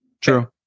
True